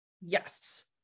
Yes